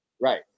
Right